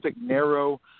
narrow